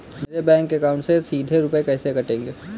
मेरे bank account से सीधे रुपए कैसे कटेंगे?